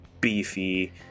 beefy